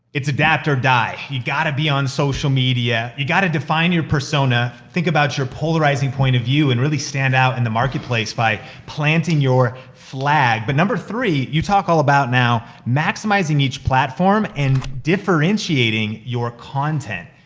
it's adapt or die, you gotta be on social media. you gotta define your persona, think about your polarizing point of view, and really stand out in the marketplace by planting your flag. but number three, you talk all about now maximizing each platform, and differentiating your content.